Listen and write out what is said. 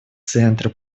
центры